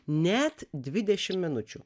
net dvidešim minučių